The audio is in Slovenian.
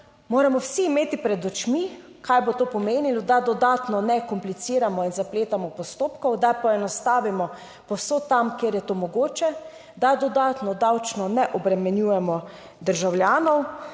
moramo vsi imeti pred očmi kaj bo to pomenilo, da dodatno ne kompliciramo in zapletamo postopkov, da poenostavimo povsod tam, kjer je to mogoče, da dodatno davčno ne obremenjujemo državljanov.